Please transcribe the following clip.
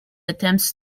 attempts